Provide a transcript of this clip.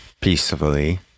peacefully